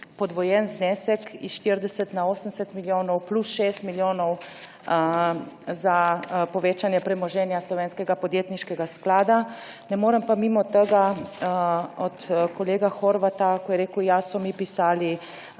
podvojen znesek s 40 na 80 milijonov plus 6 milijonov za povečanje premoženja Slovenskega podjetniškega sklada. Ne morem pa mimo tega, kar je rekel kolega Horvata, češ, da so mu pisali